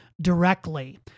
directly